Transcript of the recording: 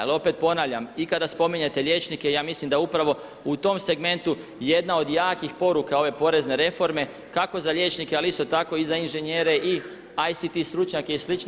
Ali opet ponavljam i kada spominjete liječnike ja mislim da upravo u tom segmentu jedna od jakih poruka ove porezne reforme kako za liječnike, ali isto tako i za inženjere, i ACT stručnjake i slične.